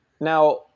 Now